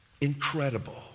incredible